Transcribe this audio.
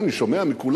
את זה אני שומע מכולם.